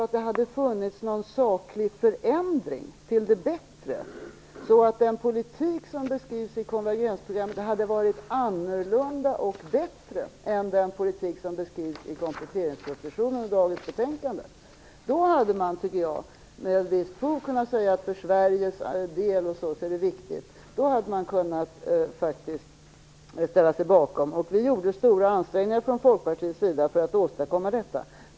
Ja, om det hade funnits någon saklig förändring till det bättre, så att den politik som beskrivs i konvergensprogrammet hade varit annorlunda och bättre än den som beskrivs i kompletteringspropositionen och dagens betänkande. Då hade man med visst fog kunnat ställa sig bakom den och säga att det var viktigt för Sveriges del. Vi gjorde stora ansträngningar från Folkpartiets sida för att åstadkomma detta.